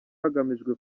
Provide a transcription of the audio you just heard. hagamijwe